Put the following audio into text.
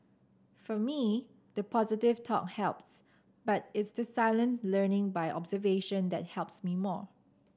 for me the positive talk helps but it's the silent learning by observation that helps me more